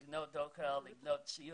לקנות אוכל וציוד